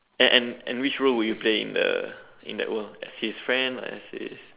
and and and which role will you play in the in that world as his friend or as his